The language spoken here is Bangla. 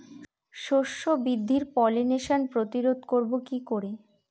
শস্য বৃদ্ধির পলিনেশান প্রতিরোধ করব কি করে?